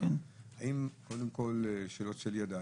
שאלות של ידע.